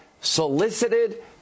solicited